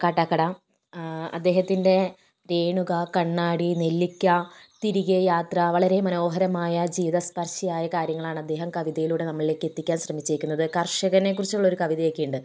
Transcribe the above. കാട്ടാക്കട അദ്ദേഹത്തിൻ്റെ രേണുക കണ്ണാടി നെല്ലിക്ക തിരികെ യാത്ര വളരെ മനോഹരമായ ജീവിത സ്പർശിയായ കാര്യങ്ങളാണ് അദ്ദേഹം കവിതയിലൂടെ നമ്മളിലേക്ക് എത്തിക്കാൻ ശ്രമിച്ചിരിക്കുന്നത് കർഷകനെ കുറിച്ചുള്ള ഒരു കവിതയൊക്കെ ഉണ്ട്